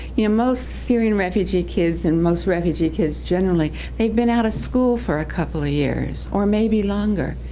you know, most syrian refugee kids and most refugee kids generally, they've been out of school for a couple of years, or maybe longer.